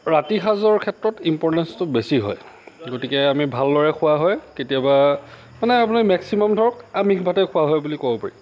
ৰাতি সাঁজৰ ক্ষেত্ৰত ইম্প'ৰণ্টেছটো বেছি হয় গতিকে আমি ভালদৰে খোৱা হয় কেতিয়াবা মানে আপুনি মেক্সিমাম ধৰক আমিষ ভাতেই খোৱা হয় বুলি ক'ব পাৰি